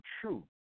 true